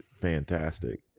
fantastic